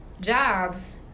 jobs